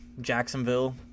Jacksonville